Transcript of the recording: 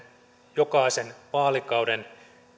jokaisen vaalikauden